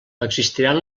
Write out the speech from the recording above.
existiran